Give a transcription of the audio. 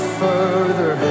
further